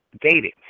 dating